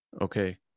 okay